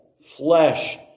flesh